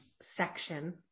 section